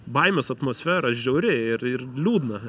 baimės atmosfera žiauri ir ir liūdna